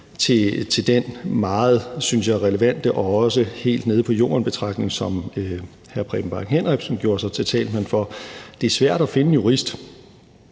til den meget relevante, synes jeg, og også helt nede på jorden-betragtning, som hr. Preben Bang Henriksen gjorde sig til talsmand for, nemlig at det er svært at finde en jurist,